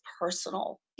personal